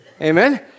Amen